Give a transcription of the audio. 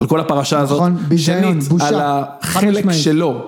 על כל הפרשה הזאת, שנית, על החלק שלו.